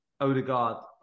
Odegaard